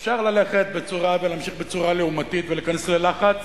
אפשר ללכת ולהמשיך בצורה לעומתית ולהיכנס ללחץ